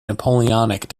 napoleonic